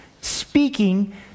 speaking